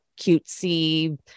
cutesy